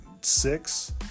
six